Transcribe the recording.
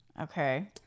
Okay